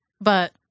But-